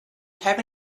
have